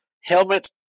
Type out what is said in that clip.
helmet